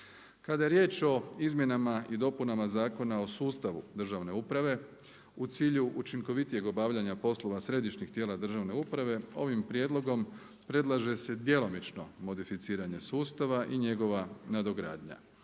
Kada je riječ o izmjenama i dopunama Zakona o sustavu državne uprave u cilju učinkovitijeg obavljanja poslova središnjih tijela državne uprave ovim prijedlogom predlaže se djelomično modificiranje sustava i njegova nadogradnja.